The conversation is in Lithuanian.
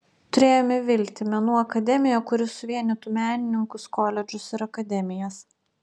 turėjome viltį menų akademiją kuri suvienytų menininkus koledžus ir akademijas